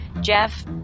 Jeff